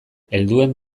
helduen